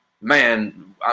man